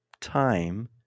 time